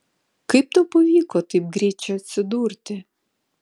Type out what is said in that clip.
kaip tau pavyko taip greit čia atsidurti